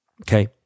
Okay